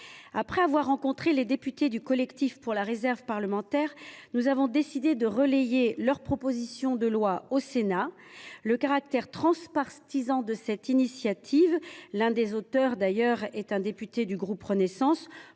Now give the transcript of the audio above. Après avoir rencontré les députés du collectif pour la réserve parlementaire, nous avons décidé de relayer leur proposition de loi au Sénat. Le caractère transpartisan de cette initiative, dont l’un des auteurs est un député du groupe Renaissance,